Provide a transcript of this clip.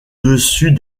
dessus